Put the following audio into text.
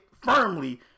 firmly